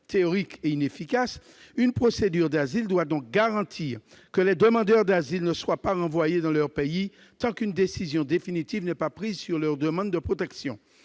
théorique et inefficace, une procédure d'asile doit donc garantir que les demandeurs d'asile ne soient pas renvoyés dans leur pays, tant qu'une décision définitive n'est pas prise sur leur demande de protection.